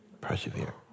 Persevere